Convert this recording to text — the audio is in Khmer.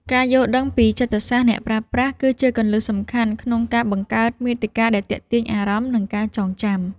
ការយល់ដឹងពីចិត្តសាស្ត្រអ្នកប្រើប្រាស់ គឺជាគន្លឹះសំខាន់ក្នុងការបង្កើតមាតិកាដែលទាក់ទាញអារម្មណ៍ និងការចងចាំ។